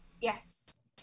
Yes